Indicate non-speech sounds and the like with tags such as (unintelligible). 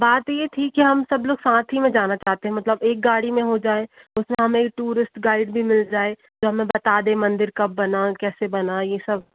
बात ये थी कि हम सब लोग साथ ही में जाना चाहते हैं मतलब एक गाड़ी में हो जाए (unintelligible) टूरिस्ट गाइड भी मिल जाए जो हमें बता दे मंदिर कब बना कैसे बना ये सब